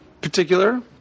particular